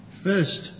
First